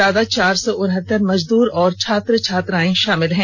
ज्यादा चार सौ उनहत्तर मजदूर और छात्र छात्राएं शामिल हैं